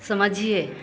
समझिए